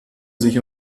sich